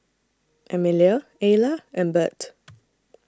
Emilia Ayla and Birt